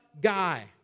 guy